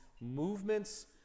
movements